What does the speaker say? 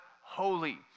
holy